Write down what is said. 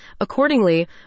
Accordingly